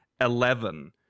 Eleven